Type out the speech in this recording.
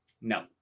No